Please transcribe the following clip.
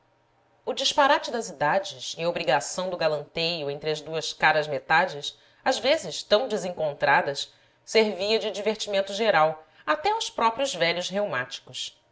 o disparate das idades e a obrigação do galanteio entre as duas caras-metades às vezes tão desencontradas servia de diver timento geral até aos próprios velhos reumáticos